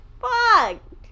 fuck